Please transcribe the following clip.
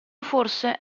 forse